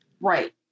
Right